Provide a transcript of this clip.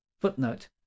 footnote